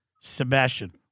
Sebastian